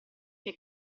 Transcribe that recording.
che